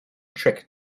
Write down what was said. trick